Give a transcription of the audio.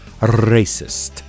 racist